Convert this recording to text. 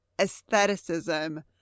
aestheticism